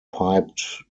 piped